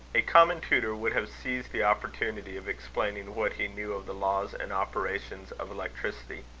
a common tutor would have seized the opportunity of explaining what he knew of the laws and operations of electricity.